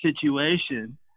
situation